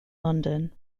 london